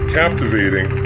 captivating